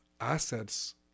assets